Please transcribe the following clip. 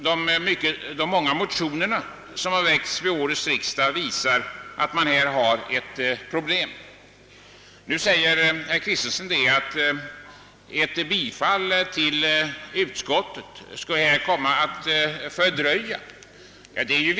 De många motioner som har väckts vid årets riksdag visar väl också att man här har ett problem. Herr Kristenson påstår att ett bifall till utskottets hemställan skulle komma att fördröja en lösning.